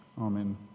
Amen